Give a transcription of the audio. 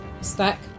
stack